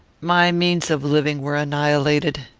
my means of living were annihilated.